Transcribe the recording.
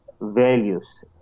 values